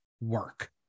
work